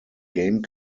game